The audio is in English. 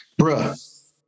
Bruh